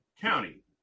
county